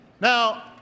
Now